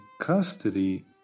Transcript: custody